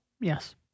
Yes